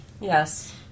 Yes